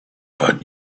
but